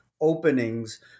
openings